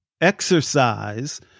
Exercise